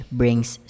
brings